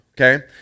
okay